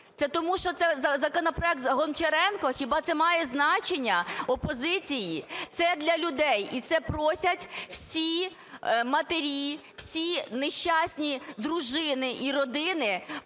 Це тому, що це законопроект Гончаренка? Хіба це має значення? Опозиції? Це для людей, і це просять всі матері, всі нещасні дружини і родини